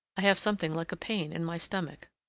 i have something like a pain in my stomach.